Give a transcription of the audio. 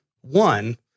One